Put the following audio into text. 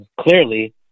clearly